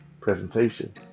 presentation